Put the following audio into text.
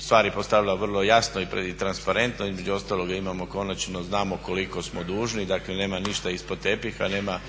stvari postavila vrlo jasno i transparentno, između ostaloga imamo konačno, znamo koliko smo dužni, dakle nema ništa ispod tepiha, nema